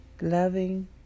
loving